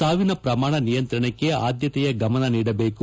ಸಾವಿನ ಪ್ರಮಾಣ ನಿಯಂತ್ರಣಕ್ಕೆ ಆದ್ಯತೆಯ ಗಮನ ನೀಡಬೇಕು